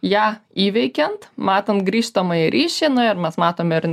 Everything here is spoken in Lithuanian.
ją įveikiant matant grįžtamąjį ryšį na ir mes matome ir